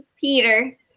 Peter